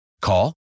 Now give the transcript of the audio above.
Call